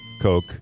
coke